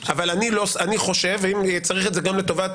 אבל אני חושב ואם צריך את זה גם לטובת